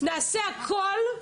נעשה הכול.